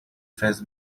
fez